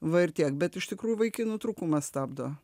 va ir tiek bet iš tikrųjų vaikinų trūkumas stabdo